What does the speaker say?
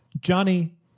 Johnny